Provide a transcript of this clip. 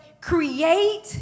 create